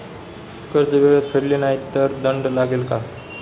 कर्ज वेळेत फेडले नाही तर दंड लागेल का?